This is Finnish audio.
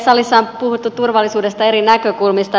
salissa on puhuttu turvallisuudesta eri näkökulmista